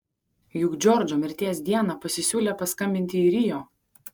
juk džordžo mirties dieną pasisiūlė paskambinti į rio